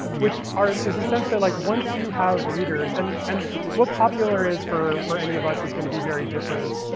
which ah is the sense that, like once you have readers and and what popular is for for any of us is going to be very different,